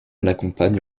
l’accompagne